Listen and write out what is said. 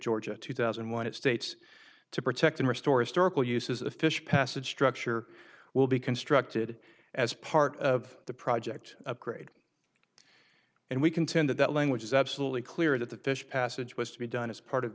georgia two thousand and one it states to protect and restore historical uses a fish passage structure will be constructed as part of the project upgrade and we contend that language is absolutely clear that the fish passage was to be done as part of